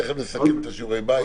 תכף נסכם את שיעורי הבית.